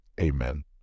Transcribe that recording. Amen